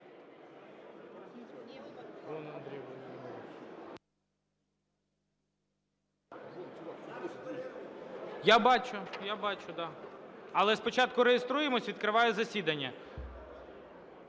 Я бачу. Я бачу, да. Але спочатку реєструємось, відкриваю засідання.